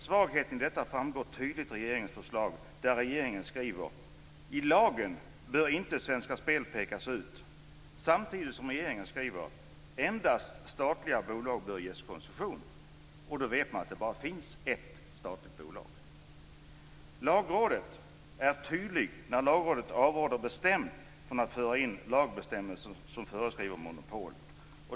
Svagheten i detta framgår tydligt i regeringens förslag, där regeringen skriver att "i lagen bör inte Svenska Spel pekas ut", samtidigt som regeringen skriver att "endast statliga bolag bör ges koncession". Man vet då att det finns bara ett statligt bolag. Lagrådet är tydligt när man bestämt avråder från att föra in en lagbestämmelse som föreskriver monopol.